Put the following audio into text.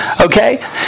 Okay